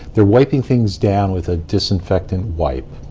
they're wiping things down with a disinfectant wipe.